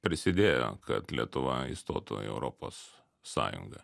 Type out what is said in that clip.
prisidėjo kad lietuva įstotų į europos sąjungą